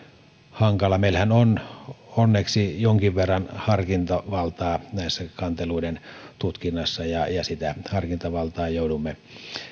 hankala meillähän on onneksi jonkin verran harkintavaltaa kanteluiden tutkinnassa ja ja sitä harkintavaltaa joudumme